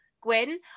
Gwyn